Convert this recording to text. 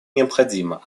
необходима